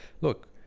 Look